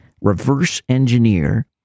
reverse-engineer